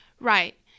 right